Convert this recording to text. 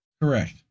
Correct